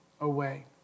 away